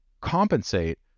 compensate